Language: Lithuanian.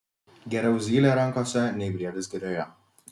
geriau zylė rankose nei briedis girioje